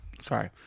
sorry